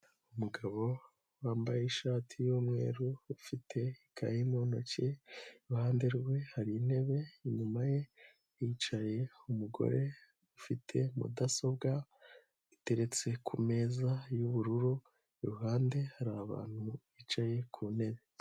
Umugabo wambaye ishati y'umweru, ufite ikayi mu ntoki, iruhande rwe hari intebe, inyuma ye hicaye umugore ufite mudasobwa iteretse ku meza y'ubururu, iruhande hari abantu bicaye ku ntebe.